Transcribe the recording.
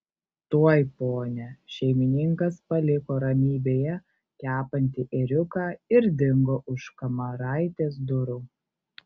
tuoj pone šeimininkas paliko ramybėje kepantį ėriuką ir dingo už kamaraitės durų